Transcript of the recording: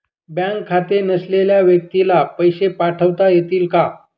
Bank खाते नसलेल्या व्यक्तीला पैसे पाठवता येतील का?